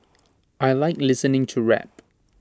I Like listening to rap